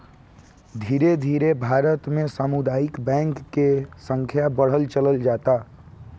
धीरे धीरे भारत में सामुदायिक बैंक के संख्या बढ़त चलल जाता